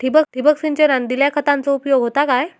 ठिबक सिंचनान दिल्या खतांचो उपयोग होता काय?